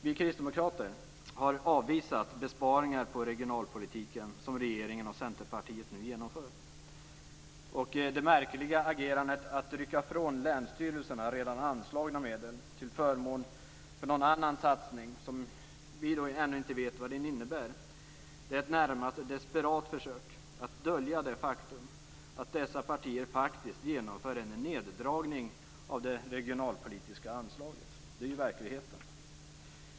Vi kristdemokrater har avvisat de besparingar som regeringen och Centerpartiet nu genomför på regionalpolitiken. Det märkliga agerandet att rycka från länsstyrelserna redan anslagna medel till förmån för någon annan satsning som vi ännu inte vet vad den innebär är ett närmast desperat försök att dölja det faktum att dessa partier faktiskt genomför en neddragning av det regionalpolitiska anslaget. Det är verkligheten.